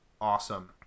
awesome